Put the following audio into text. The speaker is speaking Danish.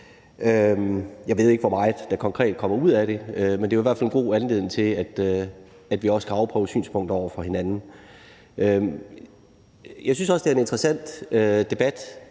Jeg ved ikke, hvor meget der konkret kommer ud af det, men det er jo i hvert fald en god anledning til, at vi kan afprøve hinandens synspunkter. Jeg synes også, det er en interessant debat,